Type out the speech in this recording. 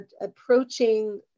approaching